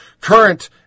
Current